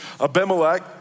Abimelech